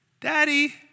Daddy